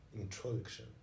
introduction